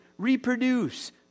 Reproduce